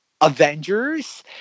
Avengers